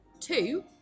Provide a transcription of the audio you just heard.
Two